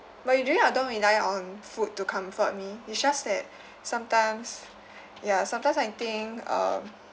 but usually I don't rely on food to comfort me it's just that sometimes ya sometimes I think uh